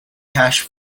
cash